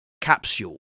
Capsule